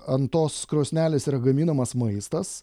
ant tos krosnelės yra gaminamas maistas